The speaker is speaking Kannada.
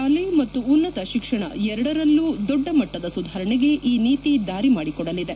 ಶಾಲೆ ಮತ್ತು ಉನ್ನತ ಶಿಕ್ಷಣ ಎರಡರಲ್ಲೂ ದೊಡ್ಡ ಮಟ್ಟದ ಸುಧಾರಣೆಗಳಗೆ ಈ ನೀತಿ ದಾರಿ ಮಾಡಿಕೊಡಲಿದೆ